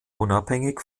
unabhängig